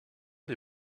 des